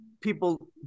people